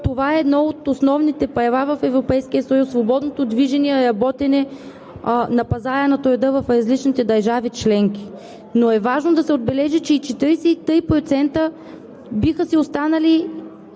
това е едно от основните права в Европейския съюз – свободното движение, работене на пазара на труда в различните държави членки. Но е важно да се отбележи, че и 43% биха си останали